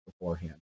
beforehand